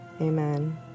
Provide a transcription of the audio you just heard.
amen